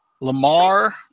Lamar